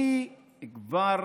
אני כבר